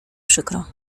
przykro